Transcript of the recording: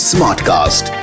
Smartcast